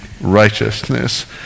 righteousness